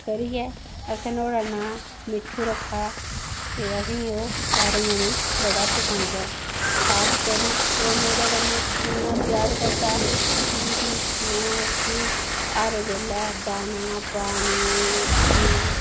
करिये असें नुआढ़ा नां मिट्ठू रक्खेआ ते असें गी ओह् सारे जनें गी बडा पसंद ऐ खास करिये ओह् मेरे कन्ने इन्ना प्यार करदा कि के में उसी हर बैल्ले दाना पानी रुट्टी